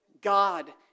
God